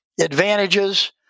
advantages